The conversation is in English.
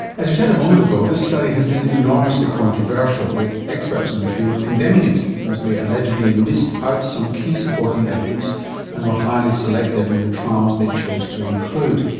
as we said a moment ago, this study has been enormously controversial with experts in the field condemning it because they allegedly missed out some key supporting evidence and were highly selective in the trials they chose to include.